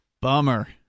Bummer